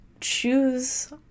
choose